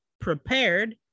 prepared